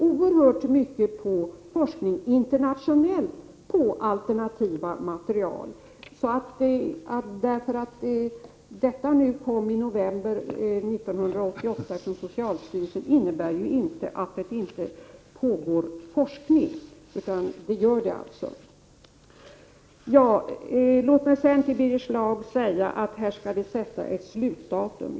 Även internationellt satsas det också oerhört mycket på forskning på alternativa material. Birger Schlaug säger: Här skall sättas ett slutdatum.